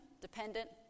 dependent